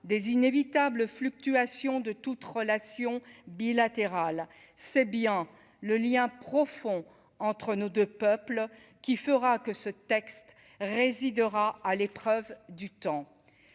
des inévitables fluctuations de toute relation bilatérale, c'est bien le lien profond entre nos 2 peuples qui fera que ce texte résidera à l'épreuve du temps,